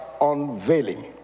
unveiling